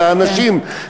לאנשים,